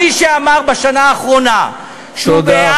מי שאמר בשנה האחרונה, תודה.